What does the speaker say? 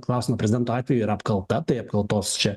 klausimą prezidento atveju yra apkalta tai apkaltos čia